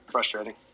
Frustrating